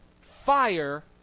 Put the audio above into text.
fire